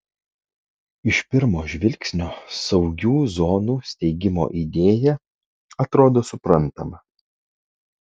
iš pirmo žvilgsnio saugių zonų steigimo idėja atrodo suprantama